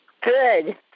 Good